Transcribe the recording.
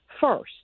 first